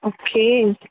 okay